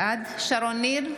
בעד שרון ניר,